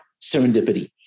serendipity